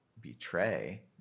Betray